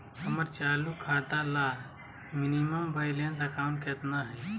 हमर चालू खाता ला मिनिमम बैलेंस अमाउंट केतना हइ?